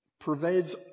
pervades